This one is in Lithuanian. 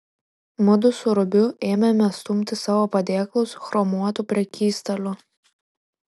mudu su rubiu ėmėme stumti savo padėklus chromuotu prekystaliu